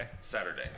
Saturday